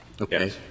Okay